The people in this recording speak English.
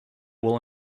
will